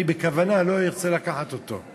אני בכוונה לא ארצה לקחת אותו.